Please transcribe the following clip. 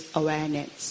awareness